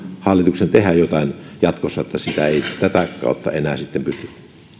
hallituksen tehdä jotain jatkossa että sitä ei tätä kautta enää sitten pysty